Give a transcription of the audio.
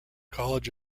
college